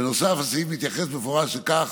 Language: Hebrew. בנוסף, הסעיף מתייחס במפורש לכך